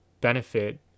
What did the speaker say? benefit